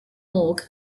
morgue